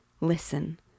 Listen